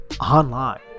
online